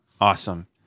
awesome